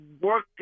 work